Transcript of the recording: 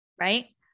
right